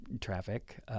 traffic